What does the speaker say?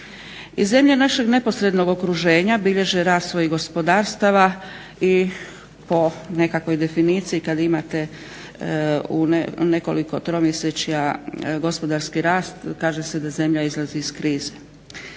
zemlje našeg neposrednog okruženja bilježe rast svojih gospodarstava i po nekakvoj definiciji kada imate u nekoliko tromjesečja gospodarski rast kaže se da zemlja izlazi iz krize.